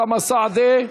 אוסאמה סעדי,